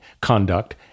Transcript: conduct